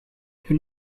who